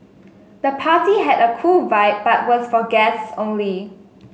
the party had a cool vibe but was for guests only